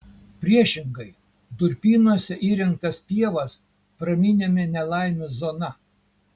priešingai durpynuose įrengtas pievas praminėme nelaimių zona